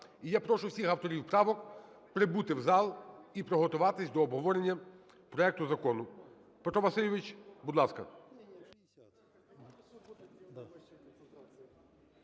І я прошу всіх авторів правок прибути в зал і приготуватись до обговорення проекту Закону.